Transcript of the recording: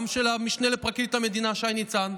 גם של המשנה לפרקליט המדינה שי ניצן,